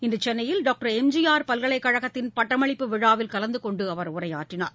இன்றுசென்னையில் டாக்டர் எம்ஜிஆர் பல்கலைக் கழகத்தின் பட்டமளிப்பு விழாவில் கலந்தகொண்டுஅவர் உரையாற்றினார்